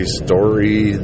story